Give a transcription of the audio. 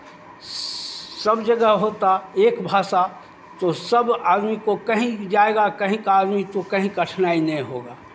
सब जगह होता एक भाषा तो सब आदमी को कहीं जाएगा कहीं का आदमी तो कहीं कठनाई नहीं होगा